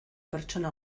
pertsona